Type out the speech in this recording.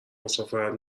مسافرت